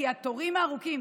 כי התורים ארוכים.